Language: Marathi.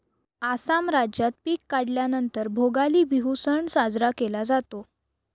आसाम राज्यात पिक काढल्या नंतर भोगाली बिहू सण साजरा केला जातो